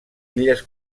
illes